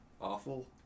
Awful